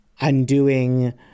undoing